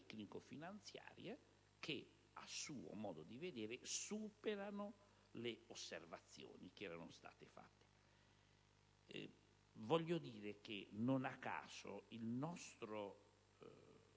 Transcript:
tecnico‑finanziaria che, a suo modo di vedere, superano le osservazioni che erano state fatte. Voglio dire che non a caso il nostro